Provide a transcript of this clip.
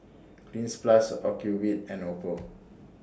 Cleanz Plus Ocuvite and Oppo